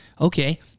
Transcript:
okay